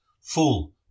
Fool